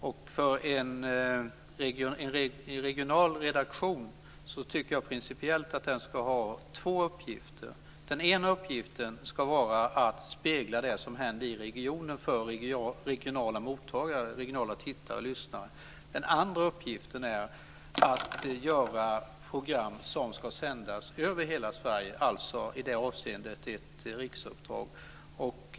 Jag tycker principiellt att en regional redaktion ska ha två uppgifter. Den ena ska vara att spegla det som händer i regionen för regionala mottagare, tittare och lyssnare. Den andra är att göra program som ska sändas över hela Sverige. Det handlar alltså i det avseendet om ett riksuppdrag.